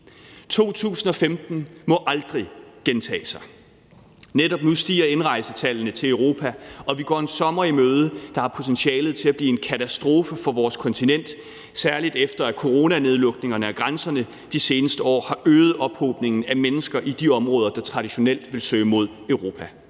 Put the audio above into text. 2015 må aldrig gentage sig. Netop nu stiger indrejsetallet til Europa, og vi går en sommer i møde, som har potentiale til at blive en katastrofe for vores kontinent, særlig efter at coronanedlukningerne af grænserne de seneste år har øget ophobningen af mennesker i de områder, hvor man traditionelt vil søge mod Europa.